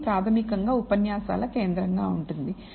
ఇది ప్రాథమికంగా ఉపన్యాసాల కేంద్రంగా ఉంటుంది